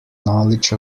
knowledge